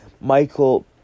Michael